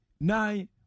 nine